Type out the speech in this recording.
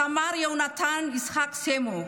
סמ"ר יהונתן יצחק סמו,